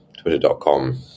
Twitter.com